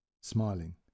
smiling